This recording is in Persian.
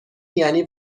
یعنی